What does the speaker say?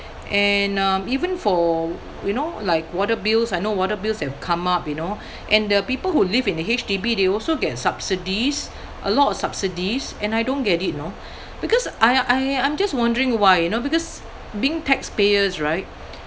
and um even for you know like water bills I know water bills have come up you know and the people who live in H_D_B they also get subsidies a lot of subsidies and I don't get it you know because I I I'm just wondering why you know because being taxpayers right